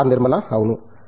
నిర్మలా అవును